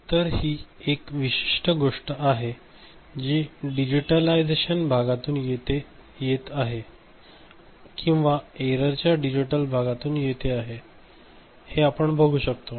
तर ही एक विशिष्ट गोष्ट आहे जी डिजिटलायझेशन भागातून येते आहे किंवा एररच्या डिजिटल भागातून येते आहे हे आपण बघू शकतो